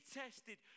tested